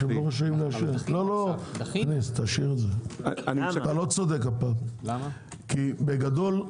אתה לא צודק הפעם כי בגדול,